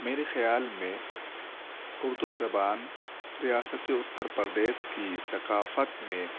میرے خیال میں اردو زبان ریاست اتّر پردیش كی ثقافت میں